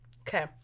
Okay